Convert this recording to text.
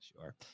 Sure